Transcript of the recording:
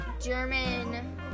German